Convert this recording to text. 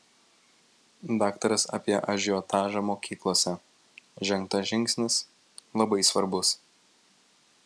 daktaras apie ažiotažą mokyklose žengtas žingsnis labai svarbus